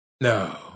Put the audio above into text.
No